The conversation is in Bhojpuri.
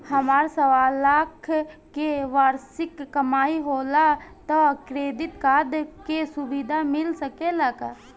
हमार सवालाख के वार्षिक कमाई होला त क्रेडिट कार्ड के सुविधा मिल सकेला का?